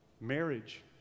marriage